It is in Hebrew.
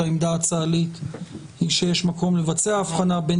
העמדה הצה"לית היא שיש מקום לבצע הבחנה בין